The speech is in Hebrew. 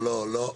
לא, לא, לא.